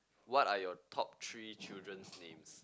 what are your top three children's names